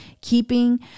keeping